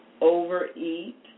overeat